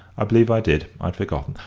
i believe i did. i'd forgotten.